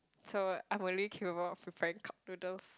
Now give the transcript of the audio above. so I only care about preparing cup noodles